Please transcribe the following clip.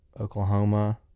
Oklahoma